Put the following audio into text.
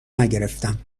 نگرفتم